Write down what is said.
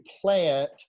plant